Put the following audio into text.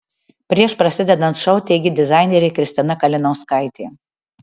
prieš prasidedant šou teigė dizainerė kristina kalinauskaitė